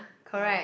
ya